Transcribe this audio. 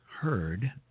heard